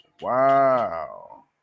Wow